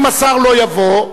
אם השר לא יבוא,